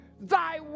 thy